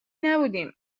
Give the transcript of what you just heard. نبودیم